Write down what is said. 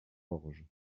orge